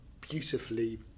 beautifully